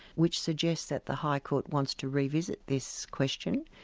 which suggests that the high court wants to revisit this question,